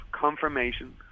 confirmation